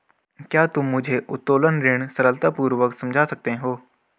क्या तुम मुझे उत्तोलन ऋण सरलतापूर्वक समझा सकते हो?